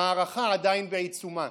המערכה עדיין בעיצומה.